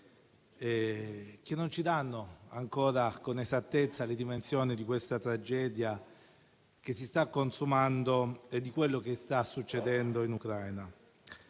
che non ci danno ancora, con esattezza, le dimensioni della tragedia che si sta consumando e di quello che sta succedendo in Ucraina.